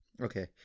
okay